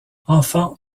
enfant